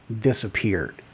disappeared